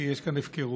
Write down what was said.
כי יש כאן הפקרות.